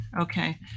Okay